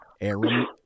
Aaron